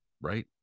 Right